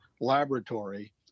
laboratory